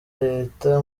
leta